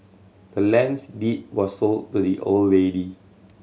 the land's deed was sold to the old lady